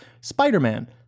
Spider-Man